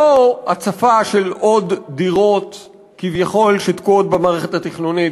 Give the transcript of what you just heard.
לא הצפה של עוד דירות כביכול שתקועות במערכת התכנונית,